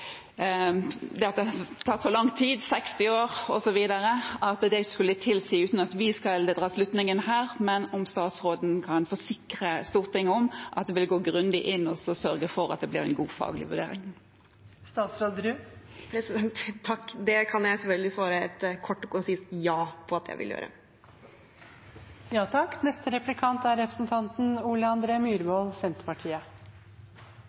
det at det har tatt så lang tid – 60 år, osv. – skulle tilsi det, uten at vi skal dra slutningen her. Kan statsråden forsikre Stortinget om at en vil gå grundig inn og sørge for at det blir en god faglig vurdering? Det kan jeg selvfølgelig svare et kort og konsist ja på at jeg vil gjøre. Flott! Jeg vil takke statsråden for innlegget og svarene også i foregående spørsmål. Dette er